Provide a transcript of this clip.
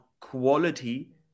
quality